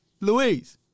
Louise